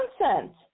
nonsense